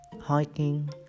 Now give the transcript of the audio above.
Hiking